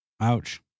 Ouch